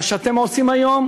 מה שאתם עושים היום